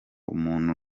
umuntu